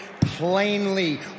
plainly